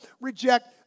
reject